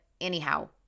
anyhow